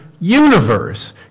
universe